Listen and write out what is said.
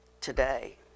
today